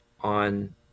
on